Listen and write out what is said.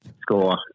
Score